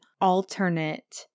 alternate